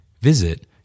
Visit